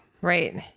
Right